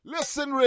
Listen